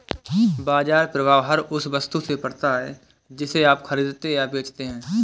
बाज़ार प्रभाव हर उस वस्तु से पड़ता है जिसे आप खरीदते या बेचते हैं